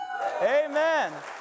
Amen